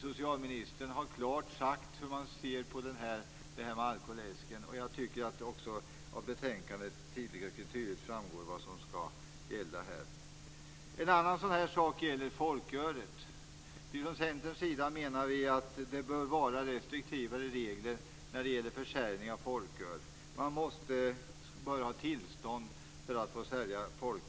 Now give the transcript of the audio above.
Socialministern har klart sagt hur hon ser på alkoläsken. Av betänkandet framgår det också tillräckligt tydligt vad som skall gälla här. En annan fråga gäller folkölet. Vi från Centern anser att reglerna bör vara restriktivare för försäljning av folköl. Man bör ha tillstånd för att få sälja folköl.